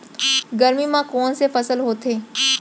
गरमी मा कोन से फसल होथे?